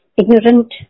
ignorant